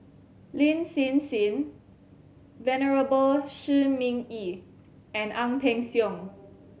Lin Hsin Hsin Venerable Shi Ming Yi and Ang Peng Siong